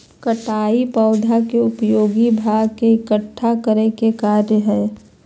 कटाई पौधा के उपयोगी भाग के इकट्ठा करय के कार्य हइ